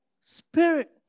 spirit